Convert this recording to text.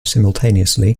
simultaneously